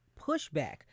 pushback